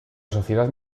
sociedad